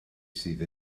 sydd